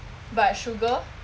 but sugar